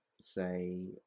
say